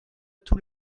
tous